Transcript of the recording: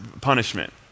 punishment